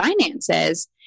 finances